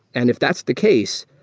and if that's the case,